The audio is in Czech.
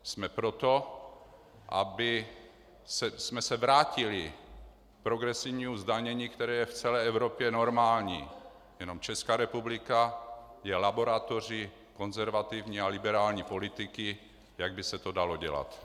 Jsme pro to, abychom se vrátili k progresivnímu zdanění, které je v celé Evropě normální, jenom Česká republika je laboratoří konzervativní a liberální politiky, jak by se to dalo dělat.